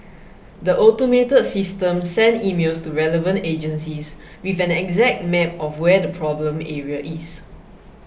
the automated system send emails to relevant agencies with an exact map of where the problem area is